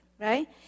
right